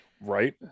Right